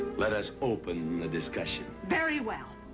let us open the discussion. very well.